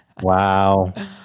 Wow